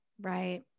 Right